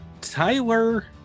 Tyler